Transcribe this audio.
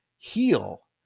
heal